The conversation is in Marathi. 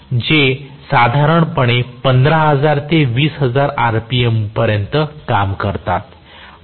जे साधारणपणे पंधरा हजार ते वीस हजार rpm पर्यंत काम करतात